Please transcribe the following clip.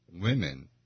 women